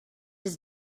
his